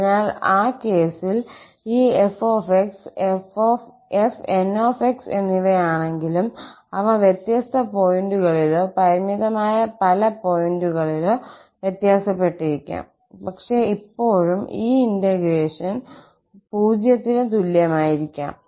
അതിനാൽ ആ കേസിൽ ഈ 𝑓𝑥 𝑓𝑛 𝑥 എന്നിവയാണെങ്കിലും അവ വ്യത്യസ്ത പോയിന്റുകളിലോ പരിമിതമായ പല പോയിന്റുകളിലോ വ്യത്യാസപ്പെട്ടിരിക്കാം പക്ഷേ ഇപ്പോഴും ഈ ഇന്റഗ്രേഷൻ 0 ന് തുല്യമായിരിക്കാം